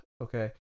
okay